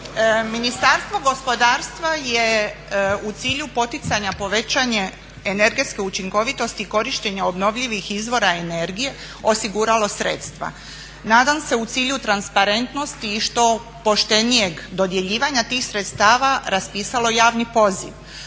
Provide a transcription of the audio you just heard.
Ministarstvo gospodarstva je u cilju poticanja povećane energetske učinkovitosti i korištenja obnovljivih izvora energije osiguralo sredstva, nadam se u cilju transparentnosti i što poštenijeg dodjeljivanja tih sredstava raspisalo javni poziv,